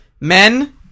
Men